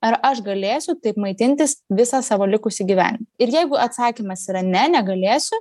ar aš galėsiu taip maitintis visą savo likusį gyvenimą ir jeigu atsakymas yra ne negalėsiu